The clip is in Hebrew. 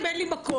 אין לו מקום,